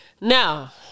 now